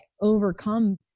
overcome